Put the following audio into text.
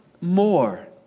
more